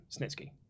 snitsky